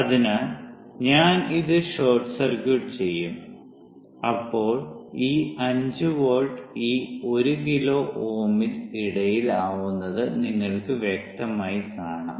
അതിനാൽ ഞാൻ ഇത് ഷോർട്ട് സർക്യൂട്ട് ചെയ്യും അപ്പോൾ ഈ 5 വോൾട്ട് ഈ 1 കിലോ Ω ൽ ഇടയിൽ ആവുന്നത് നിങ്ങൾക്ക് വ്യക്തമായി കാണാം